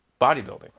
bodybuilding